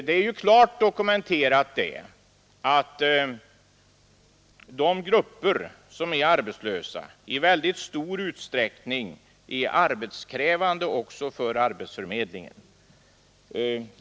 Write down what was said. Det är klart dokumenterat att de grupper som är arbetslösa i väldigt stor utsträckning är arbetskrävande också för arbetsförmedlingen.